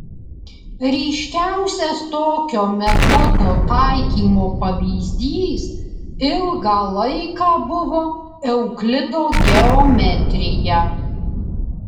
ryškiausias tokio metodo taikymo pavyzdys ilgą laiką buvo euklido geometrija